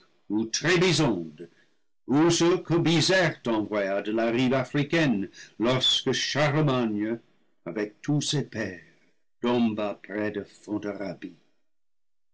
biserte envoya de la rive africaine lorsque charlemagne avec tous ses pairs tomba près de